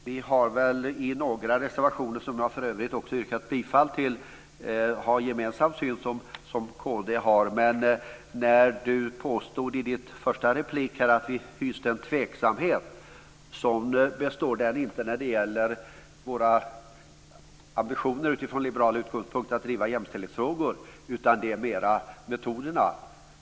Fru talman! Vi har i ett par reservationer, som jag för övrigt har yrkat bifall till, en syn som är gemensam med kd:s. Men Magnus Jacobsson påstod i sin första replik att vi hyste en tveksamhet. Den finns inte när det gäller våra ambitioner från liberala utgångspunkter att driva jämställdhetsfrågor, utan det handlar mer om metoderna.